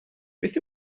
beth